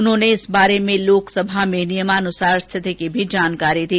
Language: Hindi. गृहमंत्री ने इस बारे में लोकसभा में नियमानुसार स्थिति की भी जानकारी दी